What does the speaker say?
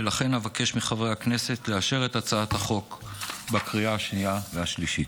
ולכן אבקש מחברי הכנסת לאשר את הצעת החוק בקריאה השנייה והשלישית.